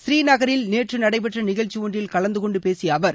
பூநீநகரில் நேற்று நடைபெற்ற நிகழ்ச்சி ஒன்றில் கலந்துகொண்டு பேசிய அவர்